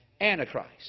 Antichrist